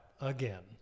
again